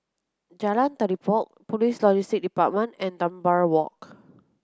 Jalan Telipok Police Logistics Department and Dunbar Walk